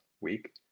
week